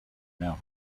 now